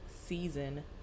season